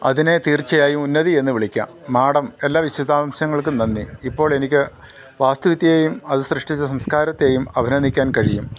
അതിനെ തീർച്ചയായും ഉന്നതിയെന്ന് വിളിക്കാം മാഡം എല്ലാ വിശദാംശങ്ങൾക്കും നന്ദി ഇപ്പോളെനിക്ക് വാസ്തുവിദ്യയെയും അത് സൃഷ്ടിച്ച സംസ്കാരത്തെയും അഭിനന്ദിക്കാൻ കഴിയും